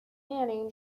面临